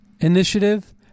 initiative